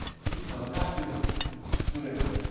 he was on active sureno.